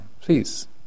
please